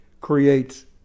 creates